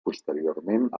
posteriorment